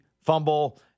fumble